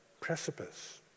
precipice